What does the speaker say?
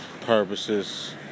purposes